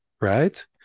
right